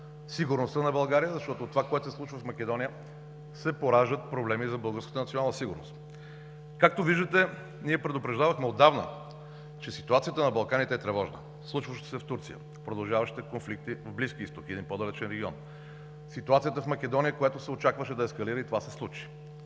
сигурността на България, защото от това, което се случва в Македония, се пораждат проблеми за българската национална сигурност. Както виждате, ние предупреждавахме отдавна, че ситуацията на Балканите е тревожна – случващото се в Турция, продължаващите конфликти в Близкия изток, един по-далечен регион, ситуацията в Македония, която се очакваше да ескалира и това се случи.